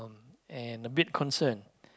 and a bit concerned